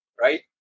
right